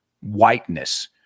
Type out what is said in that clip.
whiteness